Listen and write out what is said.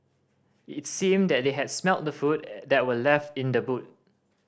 it seemed that they had smelt the food that were left in the boot